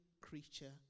creature